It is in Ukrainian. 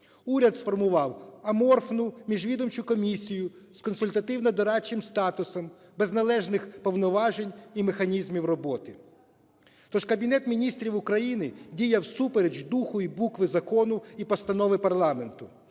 уряд сформував аморфну міжвідомчу комісію з консультативно-дорадчим статусом без належних повноважень і механізмів роботи. Тож Кабінет Міністрів України діяв всупереч духу і букви закону і постанови парламенту